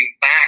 back